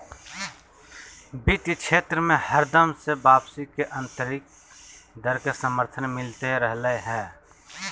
वित्तीय क्षेत्र मे हरदम से वापसी के आन्तरिक दर के समर्थन मिलते रहलय हें